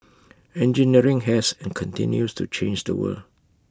engineering has and continues to change the world